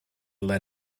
let